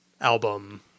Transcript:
album